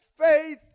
Faith